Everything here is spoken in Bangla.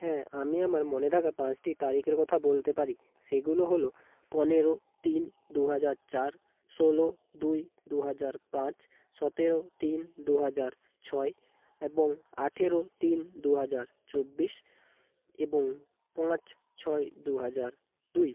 হ্যাঁ আমি আমার মনে থাকা পাঁচটি তারিখের কথা বলতে পারি সেগুলো হলো পনেরো তিন দু হাজার চার ষোলো দুই দু হাজার পাঁচ সতেরো তিন দু হাজার ছয় এবং আঠেরো তিন দু হাজার চব্বিশ এবং পাঁচ ছয় দু হাজার দুই